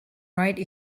write